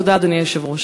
תודה, אדוני היושב-ראש.